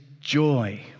joy